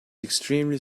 extremely